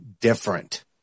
different